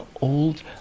old